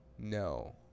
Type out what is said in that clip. No